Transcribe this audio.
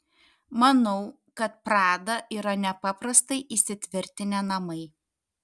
manau kad prada yra nepaprastai įsitvirtinę namai